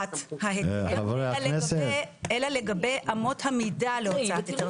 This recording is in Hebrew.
הוצאת ההיתר, אלא לגבי אמות המידה להוצאת היתר.